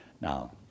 Now